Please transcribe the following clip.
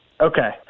Okay